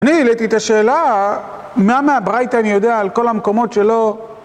אני העליתי את השאלה, מה מהבריתא אני יודע על כל המקומות שלא...